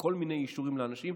כל מיני אישורים לאנשים,